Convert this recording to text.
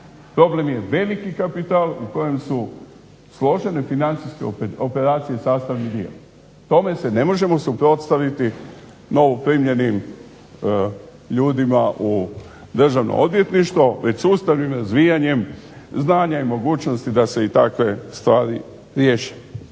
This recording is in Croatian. Problem je veliki kapital u kojem su složene financijske operacije sastavni dio. Tome se ne možemo suprotstaviti novoprimljenim ljudima u Državno odvjetništvo već sustavnim razvijanjem znanja i mogućnosti da se i takve stvari riješe.